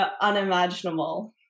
unimaginable